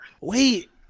wait